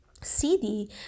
cd